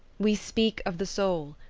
we speak of the soul,